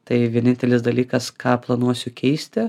tai vienintelis dalykas ką planuosiu keisti